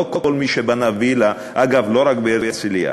לא כל מי שבנה וילה אגב, לא רק בהרצלייה,